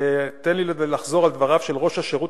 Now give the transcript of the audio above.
תן לי לחזור על דבריו של ראש השירות